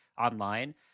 online